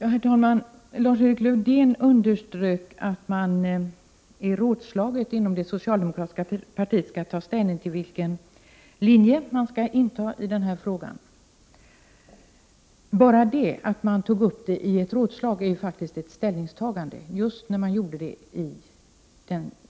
Herr talman! Lars-Erik Lövdén underströk att man i rådslaget inom det socialdemokratiska partiet skall ta ställning till vilken linje man skall anta i denna fråga. Bara det att socialdemokraterna tog upp frågan i ett rådslag är faktiskt ett ställningstagande, just när de gjorde det i